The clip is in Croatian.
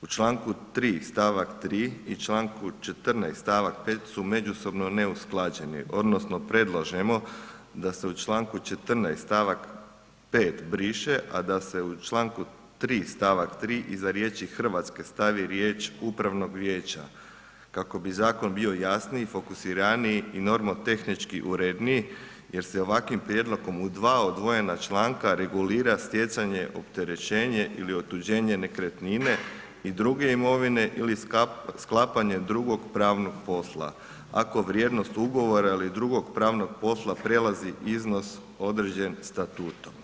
U članku 3. stavak 3. i članku 14. stavak 5. su međusobno neusklađeni odnosno predlažemo da se u članku 14. stavak 5. briše a da se u članku 3. stavak 3. iza riječi „Hrvatske“ stavi riječ „upravnog vijeća“ kako bi zakon bio jasniji, fokusiraniji i normotehnički uredniji jer se ovakvim prijedlogom u dva odvojena članka regulira stjecanje, opterećenje ili otuđenje nekretnine i druge imovine ili sklapanje drugog pravnog posla ako vrijednost ugovora ili drugog pravnog posla prelazi iznos određen statutom.